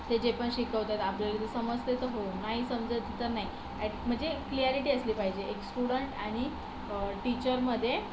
ते जे पण शिकवतात आपल्याला ते समजत आहे तर हो नाही समजत तर नाही ॲट म्हणजे क्लियारीटी असली पाहिजे एक स्टुडंट आणि टीचरमध्ये